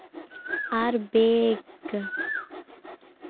ᱟᱨ bag